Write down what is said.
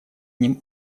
ним